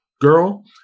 girl